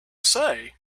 say